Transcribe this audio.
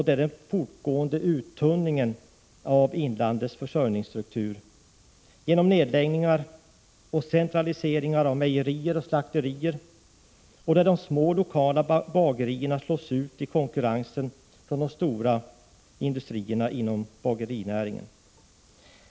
Det är den fortgående uttunningen av inlandets försörjningsstruktur genom nedläggningar och centraliseringar av mejerier och slakterier och genom att lokala småbagerier slås ut i konkurrensen av de stora industrierna inom bagerinäringen.